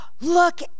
Look